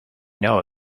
know